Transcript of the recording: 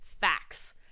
facts